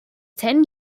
ten